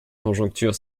conjoncture